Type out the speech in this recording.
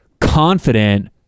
confident